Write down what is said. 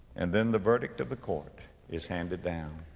and then the verdict of the court is handed down.